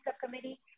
subcommittee